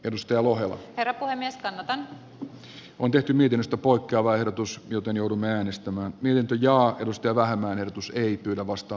edustaja voi varapuhemiestä jota on tehty videosta poikkeavaa ehdotus joten joudumme alistumaan lintuja edusti vähemmän ehdotus ei kyllä vastaa